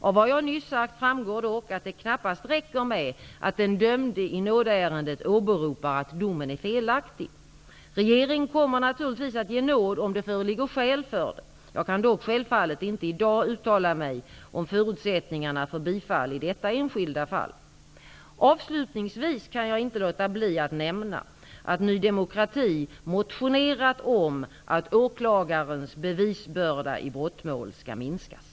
Av vad jag nyss sagt framgår dock att det knappast räcker med att den dömde i nådeärendet åberopar att domen är felaktig. Regeringen kommer naturligtvis att ge nåd om det föreligger skäl för det. Jag kan dock självfallet inte i dag uttala mig om förutsättningarna för bifall i detta enskilda fall. Avslutningsvis kan jag inte låta bli att nämna att Ny demokrati motionerat om att åklagarens bevisbörda i brottmål skall minskas.